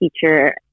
teacher